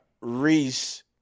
Reese